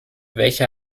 welche